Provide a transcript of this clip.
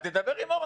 אז תדבר עם אורנה.